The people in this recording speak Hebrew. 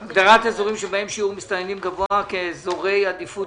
על סדר-היום: הצעת הגדרת אזורים שבהם שיעור מסתננים גבוה כאזורי עדיפות